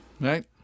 Right